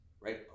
right